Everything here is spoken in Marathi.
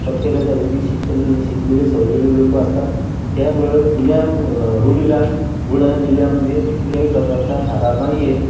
प्रत्येकाच्या घरी शिक्षण न शिकलेले सवरलेले लोक असतात त्यामुळं जुन्या रूढीला बुलढाणा जिल्ह्यामध्ये कुठल्याही प्रकारचा थारा नाही आहे